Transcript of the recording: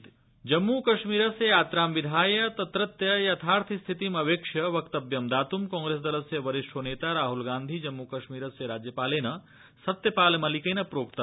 जम्मू कश्मीरस्य राज्यपाल जम्मू कश्मीरस्य यात्रां विधाय तत्रस्य यर्थाथस्थितिम अवेक्ष्य वक्तव्यं दातुं कांप्रेस दलस्य वरिष्ठो नेता राहुल गांधी जम्मू कश्मीरस्य राज्यपालेन सत्यपालमलिकेन प्रोक्त